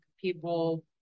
people